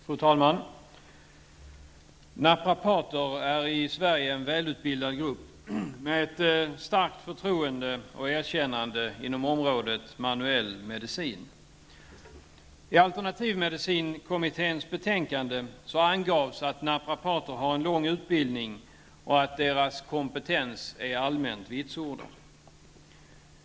Fru talman! Naprapater i Sverige är en välutbildad grupp med ett starkt förtroende och erkännande inom området manuell medicin. I alternativmedicinkommitténs betänkande angavs att naprapater har en lång utbildning och att deras kompetens är allmänt vitsordad.